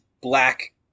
black